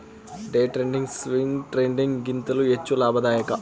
day trading, swing trading ಗಿಂತಲೂ ಹೆಚ್ಚು ಲಾಭದಾಯಕ